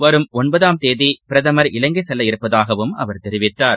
வரும் ஒன்பதாம் தேதிபிரதமர் இலங்கைசெல்லவிருப்பதாகவும் அவர் தெரிவித்தார்